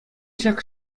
ҫак